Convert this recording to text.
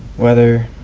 weather.